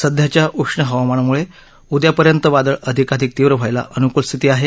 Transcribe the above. सध्याच्या उष्ण हवामानामुळे उद्या पर्यंत वादळ अधिकाधिक तीव्र व्हायला अनुकूल स्थिती आहे